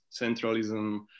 centralism